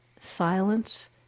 Silence